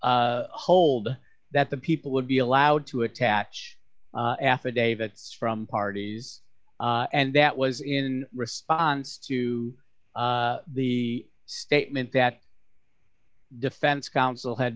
to hold that the people would be allowed to attach affidavits from parties and that was in response to the statement that defense counsel had